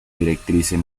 directrices